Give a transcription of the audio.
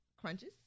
crunches